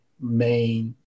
main